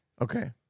Okay